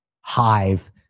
hive